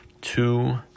two